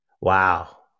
Wow